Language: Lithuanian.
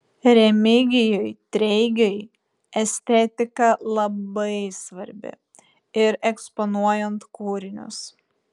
remigijui treigiui estetika labai svarbi ir eksponuojant kūrinius